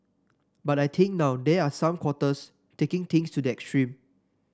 but I think now there are some quarters taking things to the extreme